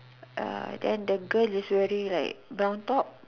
err then the girl is wearing like brown top